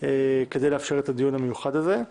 כדי לאפשר את הדיון המיוחד הזה.